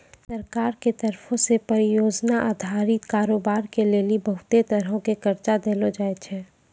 सरकार के तरफो से परियोजना अधारित कारोबार के लेली बहुते तरहो के कर्जा देलो जाय छै